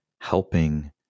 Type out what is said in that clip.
helping